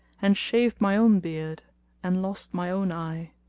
and shaved my own beard and lost my own eye.